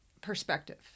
perspective